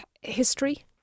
history